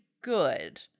good